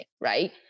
right